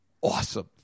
awesome